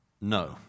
no